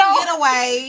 getaway